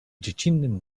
dziecinnym